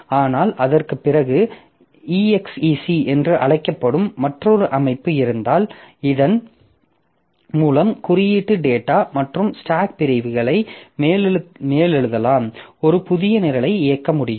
ஆனால் அதற்குப் பிறகு exec என்று அழைக்கப்படும் மற்றொரு அமைப்பு இருந்தால் இதன் மூலம் குறியீடு டேட்டா மற்றும் ஸ்டாக் பிரிவுகளை மேலெழுதலாம் ஒரு புதிய நிரலை இயக்க முடியும்